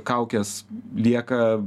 kaukės lieka